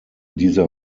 dieser